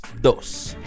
dos